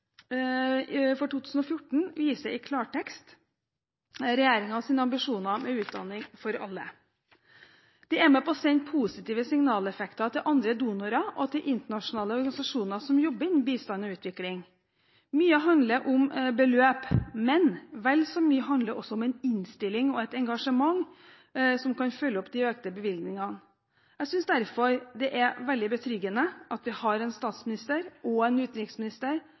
klartekst regjeringens ambisjoner med utdanning for alle. De er med på å sende positive signaleffekter til andre donorer og til internasjonale organisasjoner som jobber innen bistand og utvikling. Mye handler om beløp, men vel så mye handler det også om en innstilling og et engasjement som kan følge opp de økte bevilgningene. Jeg synes derfor det er veldig betryggende at vi har en statsminister og en utenriksminister